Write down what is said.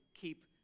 keep